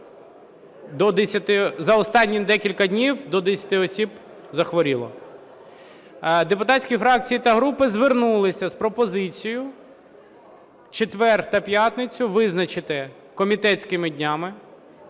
За останні декілька днів до 10 осіб захворіло. Депутатські фракції та групи звернулися з пропозицією четвер та п'ятницю визначити комітетськими днями